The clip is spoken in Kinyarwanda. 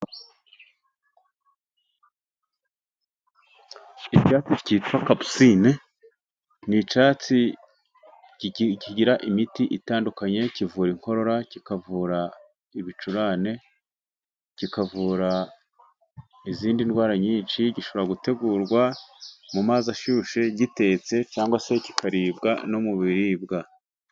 Icyatsi cyitwa kapusine ni icyatsi kigira imiti itandukanye kivura inkorora, kikavura ibicurane, kikavura izindi ndwara nyinshi. Gishobora gutegurwa mu mazi ashyushye gitetse cyangwa se kikaribwa no mu biribwa.